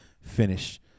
finish